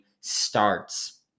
starts